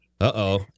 uh-oh